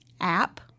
app